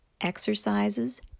exercises